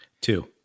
two